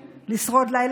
איך אפשר להתפלל על ממשלה